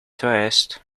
twist